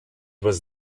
was